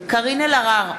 קארין אלהרר,